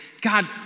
God